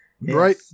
Right